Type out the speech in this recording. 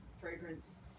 fragrance